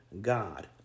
God